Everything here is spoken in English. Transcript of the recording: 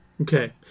Okay